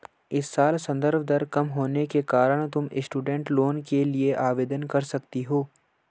इस साल संदर्भ दर कम होने के कारण तुम स्टूडेंट लोन के लिए आवेदन कर सकती हो